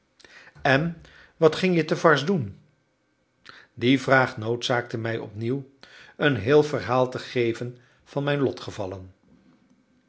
en wat ging je te varses doen die vraag noodzaakte mij opnieuw een heel verhaal te geven van mijn lotgevallen